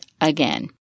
again